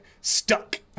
Stuck